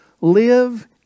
Live